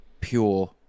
pure